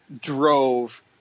drove